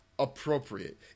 appropriate